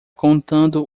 contando